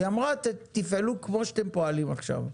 היא אמרה, תפעלו כמו שאתם פועלים עכשיו.